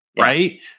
Right